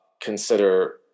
consider